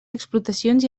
explotacions